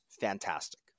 fantastic